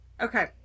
Okay